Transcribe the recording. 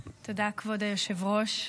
תודה, כבוד היושב-ראש,